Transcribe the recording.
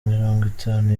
mirongwitanu